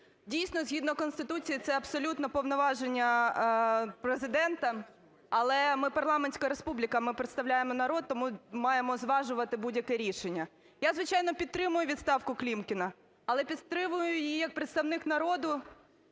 Дійсно, згідно Конституції це абсолютно повноваження Президента. Але ми – парламентська республіка, ми представляємо народ, тому маємо зважувати будь-яке рішення. Я, звичайно, підтримую відставкуКлімкіна. Але підтримую її як представник народу…